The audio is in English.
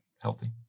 healthy